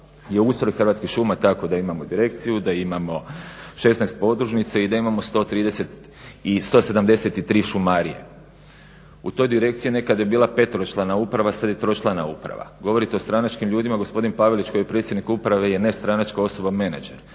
ustroj Hrvatskih šuma tako da imamo direkciju, da imamo 16 podružnica i da imamo 173 šumarije. U toj direkciji nekad je bila peteročlana uprava sad je tročlana uprava. Govorite o stranačkim ljudima. Gospodin Pavelić koji je predsjednik uprave je nestranačka osoba, menadžer